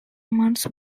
amounts